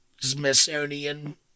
Smithsonian